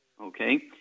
Okay